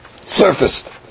surfaced